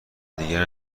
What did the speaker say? دیگه